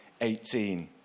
18